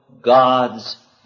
God's